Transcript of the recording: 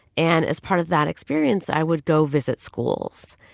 and as part of that experience, i would go visit schools,